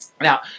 Now